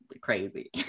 crazy